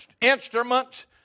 instruments